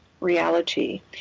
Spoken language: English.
reality